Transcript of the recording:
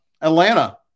Atlanta